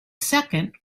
second